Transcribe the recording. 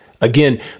Again